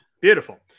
beautiful